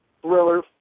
thriller